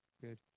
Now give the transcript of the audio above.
Good